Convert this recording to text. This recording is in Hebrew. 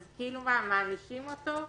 אז מענישים אותו?